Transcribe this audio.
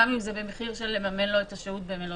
גם אם זה במחיר של לממן לו את השהות במלונית.